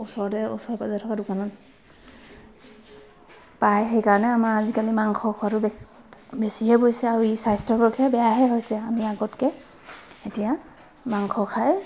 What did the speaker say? ওচৰতে ওচৰতে থকা দোকানত পায় সেইকাৰণে আমাৰ আজিকালি মাংস খোৱাটো বেছি বেছিকৈ পৰিছে আৰু ই স্বাস্থ্যৰপক্ষে বেয়াহে হৈছে আমি আগতকৈ এতিয়া মাংস খাই